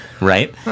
Right